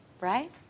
Right